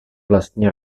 vlastní